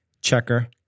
Checker